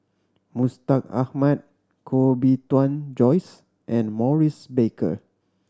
Mustaq Ahmad Koh Bee Tuan Joyce and Maurice Baker